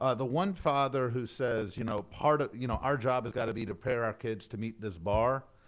the one father who says, you know, part of you know our job has got to be to prepare our kids to meet this bar.